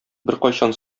беркайчан